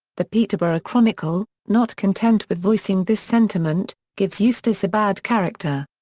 the peterborough chronicle, not content with voicing this sentiment, gives eustace a bad character.